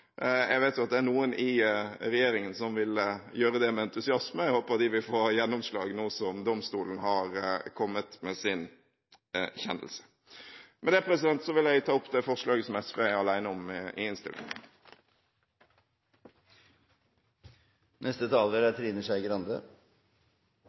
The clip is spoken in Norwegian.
Jeg vet at det er noen i regjeringen som vil gjøre det med entusiasme. Jeg håper at de nå vil få gjennomslag nå som domstolen har kommet med sin kjennelse. Med det vil jeg ta opp det forslaget som SV er alene om i